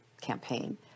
campaign